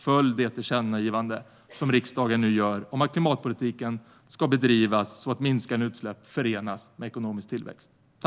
Följ det tillkännagivande riksdagen nu gör om att klimatpolitiken ska bedrivas så att minskande utsläpp förenas med ekonomisk tillväxt!